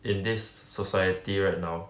in this society right now